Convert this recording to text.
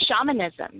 shamanism